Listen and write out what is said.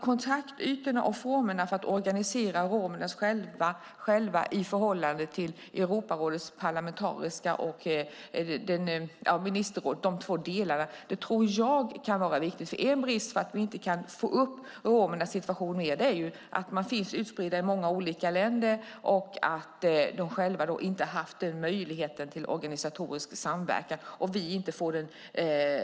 Kontaktytorna och formerna för att organisera romerna själva i förhållande till Europarådet och ministerrådet kan vara viktigt. En brist i att vi inte kan få upp romernas situation mer är att de finns utspridda i många olika länder och inte har haft möjlighet till organisatorisk samverkan. Vi får inte den